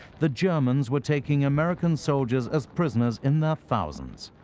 the germans were taking american soldiers as prisoners in the thousands.